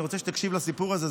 אני רוצה שתקשיב לסיפור הזה,